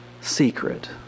secret